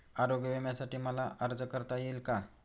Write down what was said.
आरोग्य विम्यासाठी मला अर्ज करता येईल का?